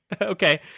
okay